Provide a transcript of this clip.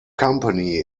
company